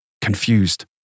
Confused